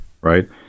Right